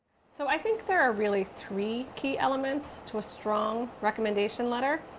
so, i think there are, really, three key elements to a strong recommendation letter.